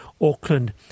Auckland